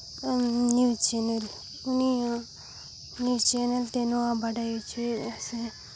news channel ᱩᱱᱤᱭᱟᱜ news channel ᱛᱮ ᱱᱚᱣᱟ ᱵᱟᱰᱟᱭ ᱦᱚᱪᱚᱭᱮᱫᱼᱟ ᱥᱮ